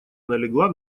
налегла